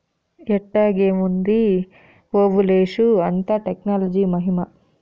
ఎట్టాగేముంది ఓబులేషు, అంతా టెక్నాలజీ మహిమా